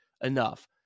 enough